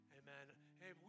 amen